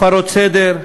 הפרות סדר,